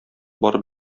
барып